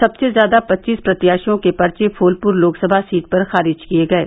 सबसे ज्यादा पच्चीस प्रत्याशियों के पर्च फूलपुर लोकसभा सीट पर खारिज किये गये